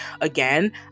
again